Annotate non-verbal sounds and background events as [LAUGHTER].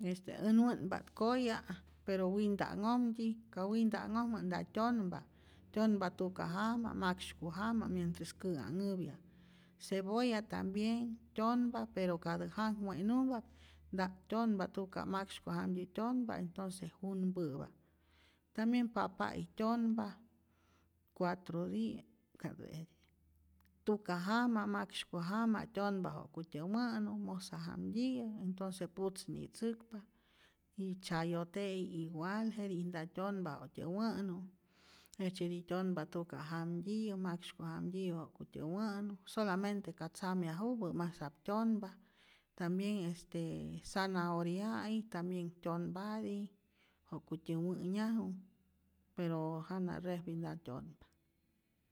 Este äj wä'npa't koya' pero winta'nhojtyi, ka winta'nhojmä nta tyonpa, tyonpa tuka jama', maksyku jama mientres ka'nhanhäpya, cebolla tambien tyonpa pero katä jakwe'nupap nta'p tyonpa, tuka, maksyku jamtyiyä tyonpa entonce junpä'pa, tambien papa'i tyonpa cuatro dia [HESITATION] tuka jama, maksyku jama tyonpa wa'kutyä wä'nu, mosa jamtyiyä entonce putzni'tzäkpa y chayote'i igual, jetij nta tyonpa wa'tyä wä'nu, jejtzyeti tyonpa tuka' jamtyiyä, maksyku jamtyiyä wakutyä wä'nu, solamente ka tzamyajupä masap tyonpa, tambien este zanahoria'i tambien tyonpati ja'kutyä wä'nyaju pero jana refri nta tyonpa.